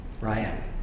Ryan